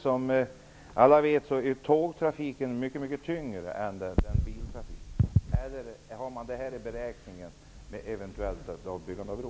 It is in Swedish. Som alla vet är tågtrafiken mycket tyngre än biltrafik. Tar man med detta i beräkningen vid ett eventuellt byggande av en bro?